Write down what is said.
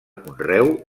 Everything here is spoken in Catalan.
conreu